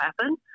happen